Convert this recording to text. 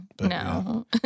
no